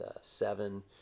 seven